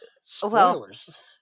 Spoilers